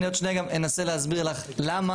אני עוד שנייה גם אנסה להסביר לך למה,